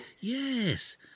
Yes